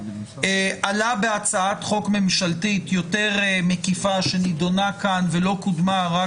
עלה בהצעת חוק ממשלתית יותר מקיפה שנדונה כאן ולא קודמה רק